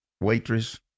waitress